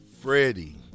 Freddie